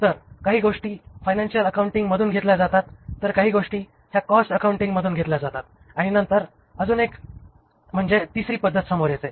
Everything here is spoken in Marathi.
तर काही गोष्टी फायनान्शिअल अकाउंटिंग मधून घेतल्या जातात तर काही गोष्टी ह्या कॉस्ट अकाउंटिंग मधून घेतल्या जातात आणि नंतर अजून एक म्हणजे तिसरी पद्धत समोर येते